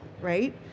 right